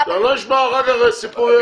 שלא נשמע אחר כך סיפורים.